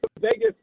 Vegas